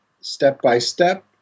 step-by-step